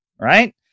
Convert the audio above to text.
right